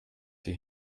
sie